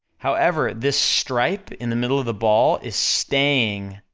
however, this stripe in the middle of the ball is staying